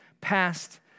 past